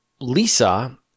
Lisa